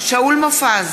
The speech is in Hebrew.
שאול מופז,